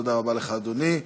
תודה רבה לך, אדוני.